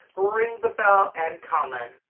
ring the bell and comment